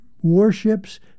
warships